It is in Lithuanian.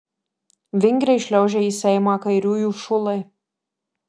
vingriai šliaužia į seimą kairiųjų šulai